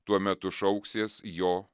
tuomt etu šauksies jo